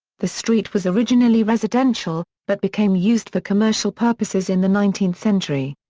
the street was originally residential, but became used for commercial purposes in the nineteenth century.